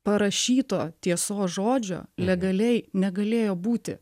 parašyto tiesos žodžio legaliai negalėjo būti